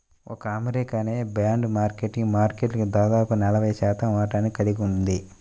ఒక్క అమెరికానే bond market మార్కెట్లో దాదాపు నలభై శాతం వాటాని కలిగి ఉంది